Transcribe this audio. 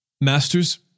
Masters